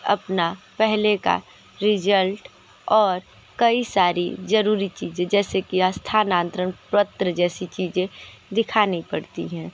अपना पहले का रिजल्ट और कई सारी जरूरी चीज़ें जैसे किया स्थानांतरण पत्र जैसी चीजें दिखानी पड़ती है